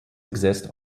exist